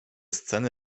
sceny